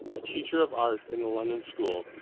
a teacher of art in a london school,